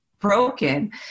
broken